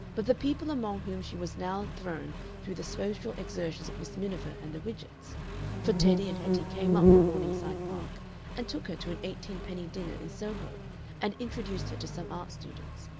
but the people among whom she was now thrown through the social exertions of miss miniver and the widgetts for teddy and hetty came up from morningside park and took her to an eighteen-penny dinner in soho and introduced her to some art students,